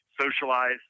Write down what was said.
socialize